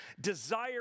desire